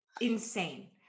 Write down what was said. insane